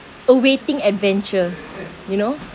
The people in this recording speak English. awaiting adventure you know